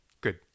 Good